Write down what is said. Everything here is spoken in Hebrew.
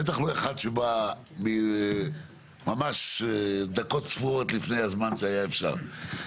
בטח לא אחד שבא ממש דקות ספורות לפני הזמן שאפשר היה.